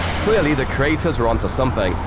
clearly, the creators were onto something,